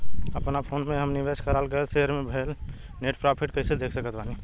अपना फोन मे हम निवेश कराल गएल शेयर मे भएल नेट प्रॉफ़िट कइसे देख सकत बानी?